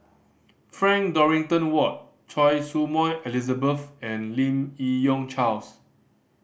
Frank Dorrington Ward Choy Su Moi Elizabeth and Lim Yi Yong Charles